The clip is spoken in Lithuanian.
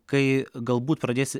kai galbūt pradės